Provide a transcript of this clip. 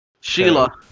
Sheila